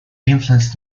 influenced